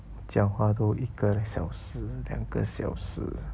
讲话都一个小时两个小时